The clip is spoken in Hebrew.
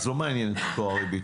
לא מעניינת אותו הריבית,